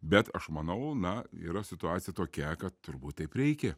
bet aš manau na yra situacija tokia kad turbūt taip reikia